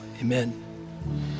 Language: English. amen